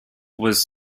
was